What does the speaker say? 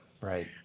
Right